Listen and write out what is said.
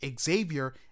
xavier